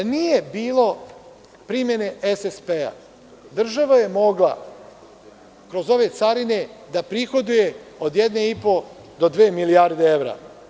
Da nije bilo primene SSP, država je mogla kroz ove carine da prihoduje od 1,5 do dve milijarde evra.